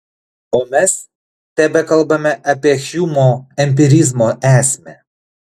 o mes tebekalbame apie hjumo empirizmo esmę